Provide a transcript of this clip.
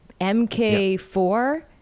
MK4